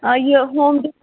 آ یہِ ہوم